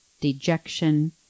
dejection